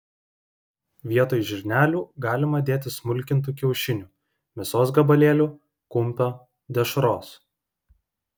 vietoj žirnelių galima dėti smulkintų kiaušinių mėsos gabalėlių kumpio dešros